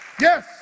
Yes